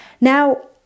now